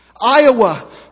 Iowa